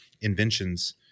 inventions